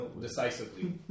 decisively